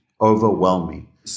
Overwhelming